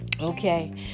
Okay